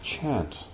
chant